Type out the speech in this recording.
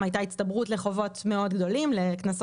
הייתה הצטברות של קנסות מאוד גדולים,